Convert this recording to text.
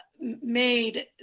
made